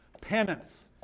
penance